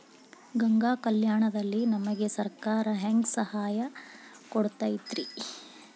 ಗಂಗಾ ಕಲ್ಯಾಣ ದಲ್ಲಿ ನಮಗೆ ಸರಕಾರ ಹೆಂಗ್ ಸಹಾಯ ಕೊಡುತೈತ್ರಿ?